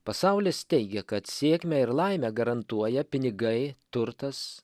pasaulis teigia kad sėkmę ir laimę garantuoja pinigai turtas